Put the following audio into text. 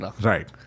Right